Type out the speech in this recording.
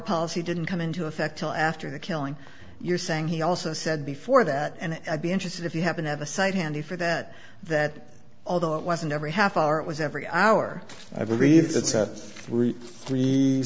policy didn't come into effect all after the killing you're saying he also said before that and i'd be interested if you happen to have a cite handy for that that although it wasn't every half hour it was every hour i believe that's at three